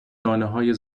دانههای